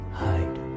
hide